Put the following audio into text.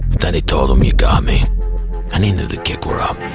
then he told him you got me and he knew the kick were up